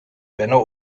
benno